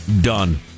Done